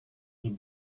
die